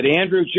Andrew